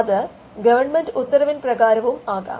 അത് ഗവണ്മെന്റ് ഉത്തരവിൻ പ്രകാരവും ആകാം